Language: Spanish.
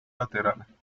lateral